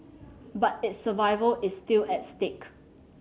but its survival is still at stake